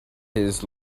his